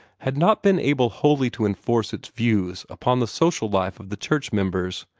had not been able wholly to enforce its views upon the social life of the church members,